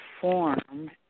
form